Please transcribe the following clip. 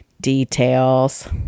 details